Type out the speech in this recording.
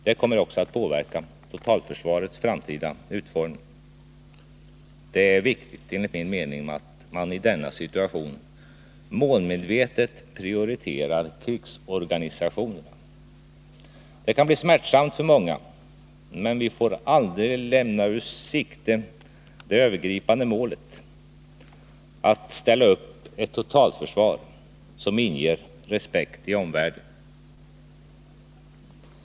Det kommer också att påverka totalförsvarets framtida utformning. Det är enligt min mening viktigt att man i denna situation målmedvetet prioriterar krigsorganisationerna. Det kan bli smärtsamt för många, men vi får aidrig lämna ur sikte det övergripande målet: att ställa upp ett totalförsvar som inger respekt i omvärlden.